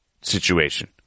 situation